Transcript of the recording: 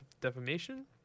defamation